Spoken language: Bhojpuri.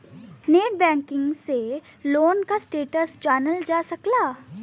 नेटबैंकिंग से लोन क स्टेटस जानल जा सकला